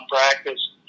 practice